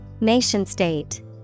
Nation-state